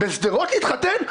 בשדרות להתחתן?